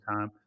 time